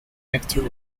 nectar